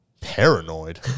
Paranoid